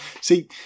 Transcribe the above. See